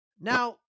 Now